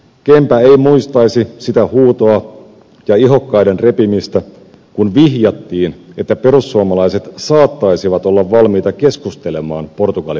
kenpä ei muistaisi sitä huutoa ja ihokkaiden repimistä kun vihjattiin että perussuomalaiset saattaisivat olla valmiita keskustelemaan portugali paketista